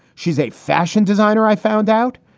she's a fashion designer. i found out.